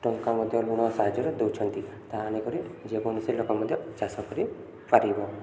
ଟଙ୍କା ମଧ୍ୟ ଋଣ ସାହାଯ୍ୟରେ ଦେଉଛନ୍ତି ତାହା ଆଣିକରି ଯେକୌଣସି ଲୋକ ମଧ୍ୟ ଚାଷ କରିପାରିବ